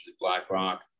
BlackRock